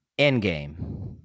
Endgame